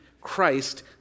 Christ